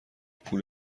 پول